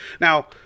Now